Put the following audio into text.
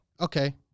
okay